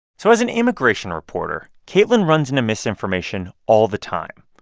so as an immigration reporter, caitlin runs into misinformation all the time.